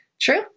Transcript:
True